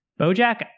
Bojack